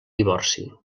divorci